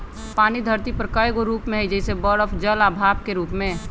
पानी धरती पर कए गो रूप में हई जइसे बरफ जल आ भाप के रूप में